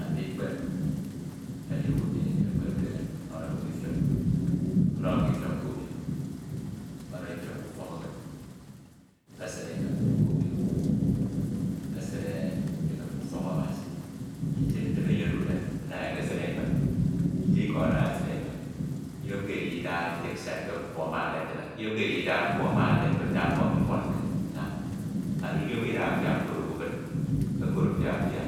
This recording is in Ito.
Andikpep edi owu emi ekpep dọnọde mm'owu ifiọk ọnọdefi mm'owu ifiọk kobio, ono ifiọk k'ufọk ñwed esin emem ke obio esin emem k'ufok Abasi itie ntimo eke enye ana enye ekesin emem, itie iko odude ana enye ekesim emem idighe ndida ntakesi ke mkpo ana eketibe nda mkpo mifanke nnam anie nyem ndida afia okud obubid, okud afia afia